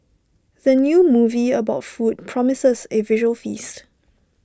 the new movie about food promises A visual feast